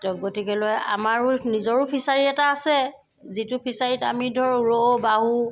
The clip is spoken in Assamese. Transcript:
ত' গতিকেলৈ আমাৰো নিজৰো ফিচাৰী এটা আছে যিটো ফিচাৰীত আমি ধৰ ৰৌ বাহু